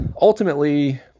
ultimately